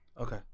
Okay